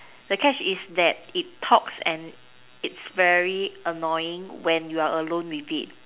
the catch is that it talks and it's very annoying when you are alone with it